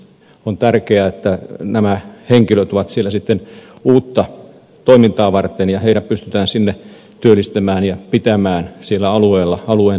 on tärkeää että nämä henkilöt ovat siellä sitten uutta toimintaa varten ja heidät pystytään sinne työllistämään ja pitämään siellä alueella alueen työvoimassa mukana